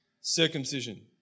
circumcision